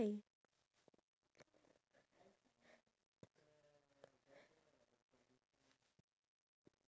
next time if you see like you know those car scents the one that they put at the aircon